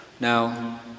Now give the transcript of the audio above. Now